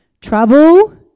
trouble